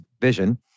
vision